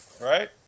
Right